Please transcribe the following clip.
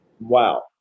Wow